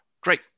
great